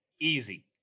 easy